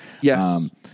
Yes